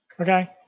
Okay